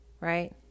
right